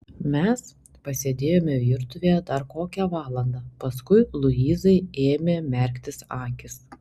mes pasėdėjome virtuvėje dar kokią valandą paskui luizai ėmė merktis akys